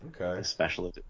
Okay